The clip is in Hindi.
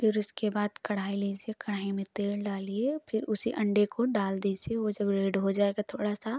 फिर उसके बाद कढ़ाई लीज़िए कढ़ाई में तेल डालिए फिर उसी अंडे को डाल दीज़िए वो जब रेड हो जाएगा थोड़ा सा